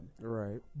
right